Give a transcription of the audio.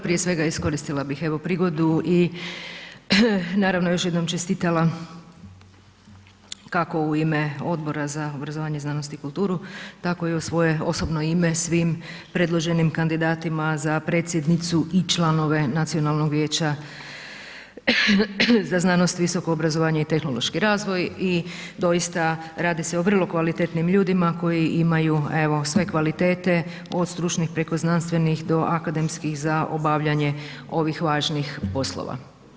Prije svega iskoristila bih evo prigodu i naravno još jednom čestitala kako u ime Odbora za obrazovanje, znanost i kulturu tako i u svoje osobno ime svim predloženim kandidatima za predsjednicu i članove Nacionalnog vijeća za znanost, visoko obrazovanje i tehnološki razvoj i doista radi se vrlo kvalitetnim ljudima koji imaju evo sve kvalitete od stručnih preko znanstvenih do akademskih za obavljanje ovih važnih poslova.